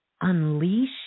unleash